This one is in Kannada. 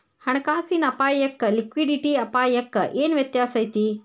ಹಣ ಕಾಸಿನ್ ಅಪ್ಪಾಯಕ್ಕ ಲಿಕ್ವಿಡಿಟಿ ಅಪಾಯಕ್ಕ ಏನ್ ವ್ಯತ್ಯಾಸಾ ಐತಿ?